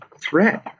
threat